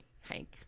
Hank